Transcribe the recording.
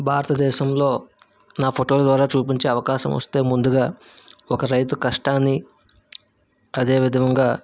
భారతదేశంలో నా ఫోటోలు ద్వారా చూపించే అవకాశం వస్తే ముందుగా ఒక రైతు కష్టాన్నిఅదే విధంగా